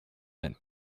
than